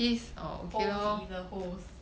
host he is a host